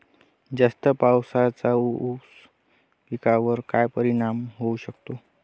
जास्त पावसाचा ऊस पिकावर काय परिणाम होऊ शकतो?